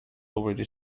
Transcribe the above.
already